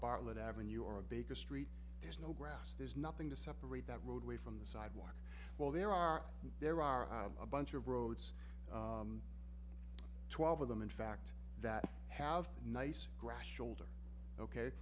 bartlett avenue or a big a street there's no grass there's nothing to separate that roadway from the sidewalk while there are there are a bunch of roads twelve of them in fact that have nice grass shoulder ok